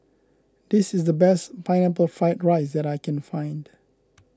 this is the best Pineapple Fried Rice that I can find